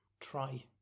Try